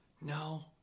No